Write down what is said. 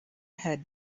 had